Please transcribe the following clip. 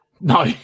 No